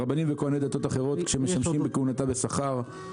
רבנים וכהני דתות אחרות שמשמשים בכהונתם --- אייל,